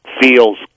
feels